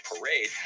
parade